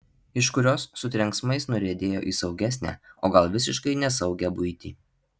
iš kurios su trenksmais nuriedėjo į saugesnę o gal visiškai nesaugią buitį